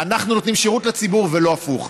אנחנו נותנים שירות לציבור, ולא הפוך.